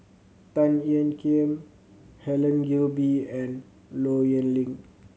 Tan Ean Kiam Helen Gilbey and Low Yen Ling